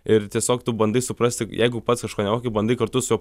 ir tiesiog tu bandai suprasti jeigu pats kažko nemoki bandai kartu su juo